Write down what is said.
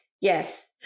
Yes